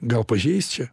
gal pažeis čia